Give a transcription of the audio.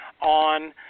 on